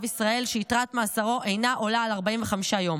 ישראל שיתרת מאסרו אינה עולה על 45 יום,